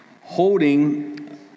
holding